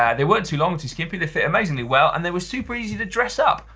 yeah they weren't too long, too skimpy, they fit amazingly well and they were super easy to dress up.